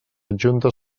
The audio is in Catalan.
adjunta